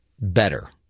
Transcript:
better